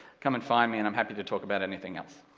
come and find me and i'm happy to talk about anything else,